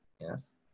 yes